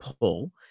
pull